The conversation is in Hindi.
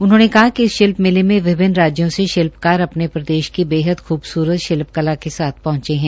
उन्होंने कहा कि इस शिल्प मेले में विभिन्न राज्यों से शिल्पकार अपने अपने प्रदेश की बेहद ख्बसूरत शिल्पकला के साथ पहंचे है